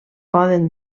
poden